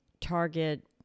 Target